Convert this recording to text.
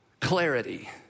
clarity